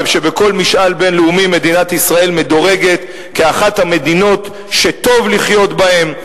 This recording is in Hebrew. ושבכל משאל בין-לאומי מדינת ישראל מדורגת כאחת המדינות שטוב לחיות בהן,